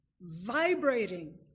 vibrating